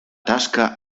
tasca